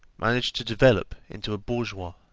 managed to develop into a bourgeois.